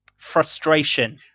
Frustration